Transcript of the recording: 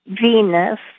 Venus